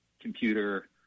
computer